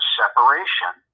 separation